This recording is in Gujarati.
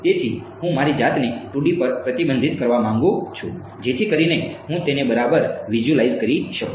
તેથી હું મારી જાતને 2D પર પ્રતિબંધિત કરવા માંગુ છું જેથી કરીને હું તેને બરાબર વિઝ્યુઅલાઈઝ કરી શકું